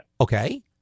Okay